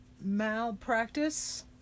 Malpractice